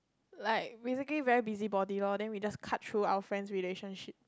like basically very busybody lor then we just cut through our friend's relationship